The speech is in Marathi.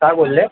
काय बोलले